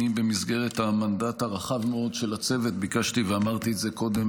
במסגרת המנדט הרחב מאוד של הצוות ביקשתי ואמרתי את זה קודם,